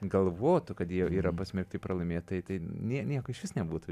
galvotų kad jie yra pasmerkti pralaimėt tai tai nie nieko išvis nebūtų